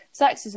sexism